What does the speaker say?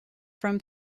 from